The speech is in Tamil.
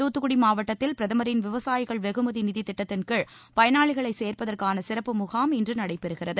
தூத்துக்குடி மாவட்டத்தில் பிரதமரின் விவசாயிகள் வெகுமதி நிதித் திட்டத்தின் கீழ் பயனாளிகளை சேர்ப்பதற்கான சிறப்பு முகாம் இன்று நடைபெறுகிறது